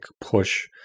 push